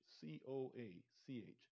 C-O-A-C-H